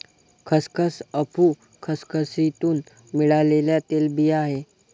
खसखस अफू खसखसीतुन मिळालेल्या तेलबिया आहे